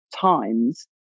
times